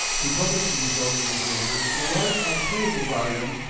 he published the results of his labors in a large octavo volume,